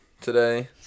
today